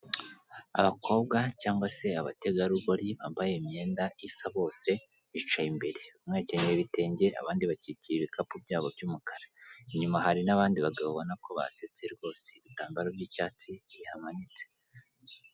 Abakobwa cyangwa se abategarugori bambaye imyenda isa bose bicaye imbere, bamwe bakenyeye ibitenge, abandi bakikiye ibikapu byabo by'umukara, inyuma hari n'abandi bagabo ubona ko basetse rwose, ibitambaro by'icyatsi bihamanitse.